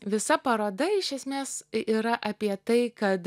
visa paroda iš esmės yra apie tai kad